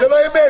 אין בעיה.